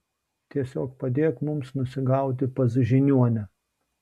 tiesiog padėk mums nusigauti pas žiniuonę